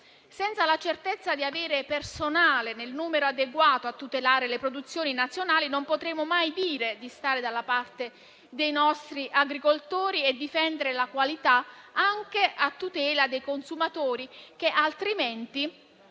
Senza la certezza di avere personale nel numero adeguato a tutelare le produzioni nazionali, non potremo mai dire di stare dalla parte dei nostri agricoltori e difendere la qualità; e questo anche a tutela dei consumatori che altrimenti,